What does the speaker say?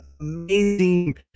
amazing